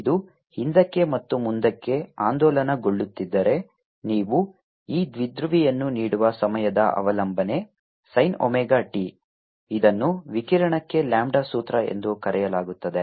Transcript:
ಇದು ಹಿಂದಕ್ಕೆ ಮತ್ತು ಮುಂದಕ್ಕೆ ಆಂದೋಲನಗೊಳ್ಳುತ್ತಿದ್ದರೆ ನೀವು ಈ ದ್ವಿಧ್ರುವಿಯನ್ನು ನೀಡುವ ಸಮಯದ ಅವಲಂಬನೆ sin ಒಮೆಗಾ t ಇದನ್ನು ವಿಕಿರಣಕ್ಕೆ ಲ್ಯಾಂಬ್ಡಾ ಸೂತ್ರ ಎಂದು ಕರೆಯಲಾಗುತ್ತದೆ